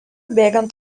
bėgant